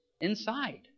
inside